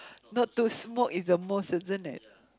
not to smoke is the most isn't it